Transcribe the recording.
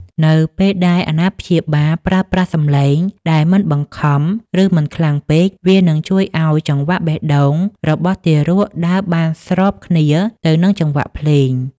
នៅពេលដែលអាណាព្យាបាលប្រើប្រាស់សំឡេងដែលមិនបង្ខំ និងមិនខ្លាំងពេក វានឹងជួយឱ្យចង្វាក់បេះដូងរបស់ទារកដើរបានស្របគ្នាទៅនឹងចង្វាក់ភ្លេង